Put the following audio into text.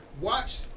Watch